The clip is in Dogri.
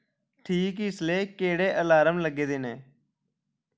ठीक इसलै केह्ड़े अलार्म लग्गे दे न